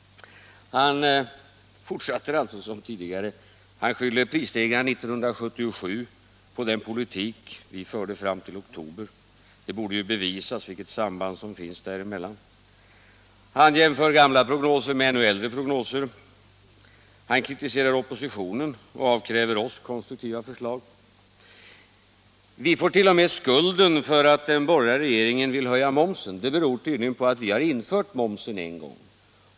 Han fortsatte alltså som tidigare. Han skyller prisstegringarna 1977 på den politik som vi förde fram till oktober 1976. Det borde ju bevisas vilket samband som finns däremellan. Han jämför gamla prognoser med ännu äldre prognoser. Han kritiserar oppositionen och avkräver oss konstruktiva förslag. Vi får t.o.m. skulden för att den borgerliga regeringen vill höja momsen. Det beror tydligen på att vi har infört momsen en gång.